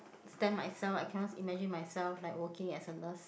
stand myself I cannot imagine myself like working as a nurse